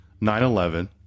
9-11